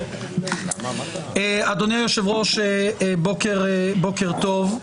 אדוני היושב-ראש, בוקר טוב.